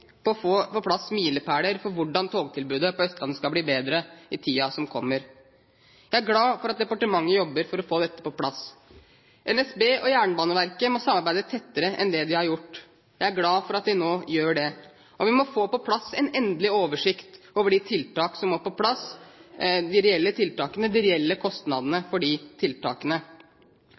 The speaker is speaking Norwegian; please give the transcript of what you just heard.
å få på plass milepæler for hvordan togtilbudet på Østlandet skal bli bedre i tiden som kommer. Jeg er glad for at departementet jobber med å få dette på plass. NSB og Jernbaneverket må samarbeide tettere enn det de har gjort. Jeg er glad for at de nå gjør det. Og vi må få på plass en endelig oversikt over de reelle kostnadene for de tiltakene som må på plass.